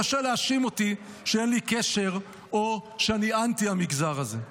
קשה להאשים אותי שאין לי קשר או שאני אנטי המגזר הזה.